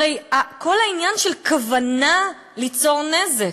הרי כל העניין של כוונה ליצור נזק,